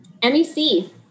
MEC